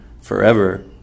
forever